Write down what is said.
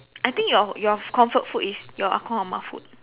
I think your your comfort food is your ah-gong ah-ma food